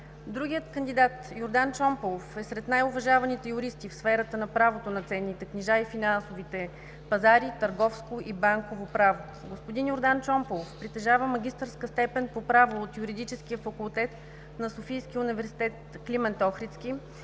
Другият кандидат – Йордан Чомпалов, е сред най-уважаваните юристи в сферата на правото на ценните книжа и финансовите пазари, търговско и банково право. Господин Йордан Чомпалов притежава магистърска степен по право от Юридическия факултет на Софийския университет „Св. Климент Охридски“,